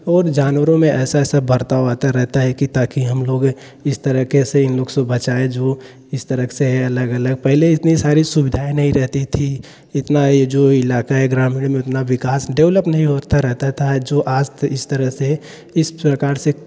और जानवरों में ऐसा ऐसा बर्ताव आता रहता है कि ताकि हम लोग इस तरह के से इन लोग से बचाए जो इस तरह से अलग अलग पहले इतनी सारी सुविधाएँ नहीं रहती थी इतना यह जो इलाका है ग्रामीण में उतना विकास डेवलप नहीं होता रहता था जो आज तो इस तरह से इस प्रकार से